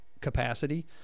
capacity